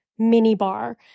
minibar